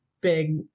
big